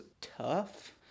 tough